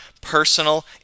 personal